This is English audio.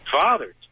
fathers